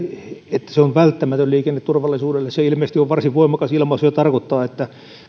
että se on välttämätöntä liikenneturvallisuudelle se ilmeisesti on varsin voimakas ilmaisu ja tarkoittaa että